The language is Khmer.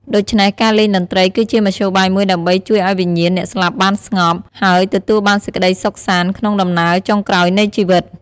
ដូច្នេះ ការលេងតន្ត្រី គឺជាមធ្យោបាយមួយដើម្បីជួយឲ្យវិញ្ញាណអ្នកស្លាប់បានស្ងប់ ហើយទទួលបានសេចក្ដីសុខសាន្តក្នុងដំណើរចុងក្រោយនៃជីវិត។